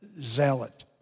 zealot